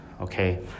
Okay